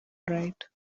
right